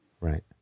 Right